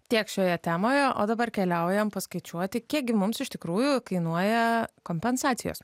tiek šioje temoje o dabar keliaujame paskaičiuoti kiekgi mums iš tikrųjų kainuoja kompensacijos